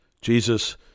Jesus